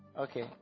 Okay